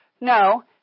no